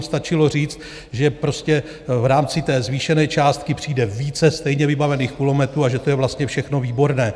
Stačilo říct, že prostě v rámci zvýšené částky přijde více stejně vybavených kulometů a že to je vlastně všechno výborné.